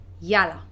Yalla